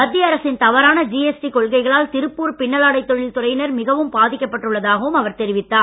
மத்திய அரசின் தவறான ஜிஎஸ்டி கொள்கைகளால் திருப்பூர் பின்னலாடை தொழில் துறையினர் மிகவும் பாதிக்கப் பட்டுள்ளதாகவும் அவர் தெரிவித்தார்